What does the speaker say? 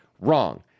Wrong